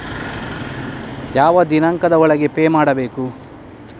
ಯಾವ ದಿನಾಂಕದ ಒಳಗೆ ಪೇ ಮಾಡಬೇಕು?